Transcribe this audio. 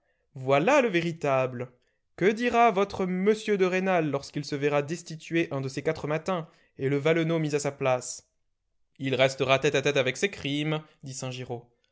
voilà le véritable que dira votre m de rênal lorsqu'il se verra destitué un de ces quatre matins et le valenod mis à sa place il restera tête à tête avec ses crimes dit